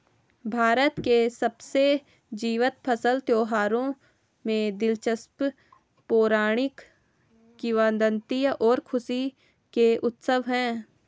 भारत के सबसे जीवंत फसल त्योहारों में दिलचस्प पौराणिक किंवदंतियां और खुशी के उत्सव है